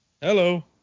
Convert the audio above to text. Hello